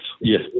yes